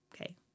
Okay